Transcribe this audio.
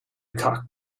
cock